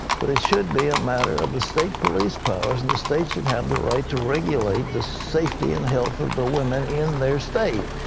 but it should be a matter of the state police powers. and the state should have the right to regulate the safety and health of the women in their state.